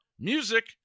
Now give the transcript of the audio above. music